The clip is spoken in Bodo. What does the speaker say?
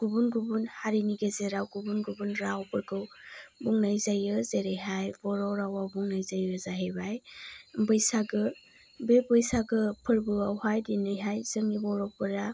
गुबुन गुबुन हारिनि गेजेराव गुबुन गुबुन रावफोरखौ बुंनाय जायो जेरैहाय बर' रावआव बुंनाय जायो जाहैबाय बैसागो बे बैसागो फोरबोआव हाय दिनैहाय जोंनि बर'फोरा